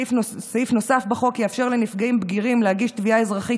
סעיף נוסף בחוק יאפשר לנפגעים בגירים להגיש תביעה אזרחית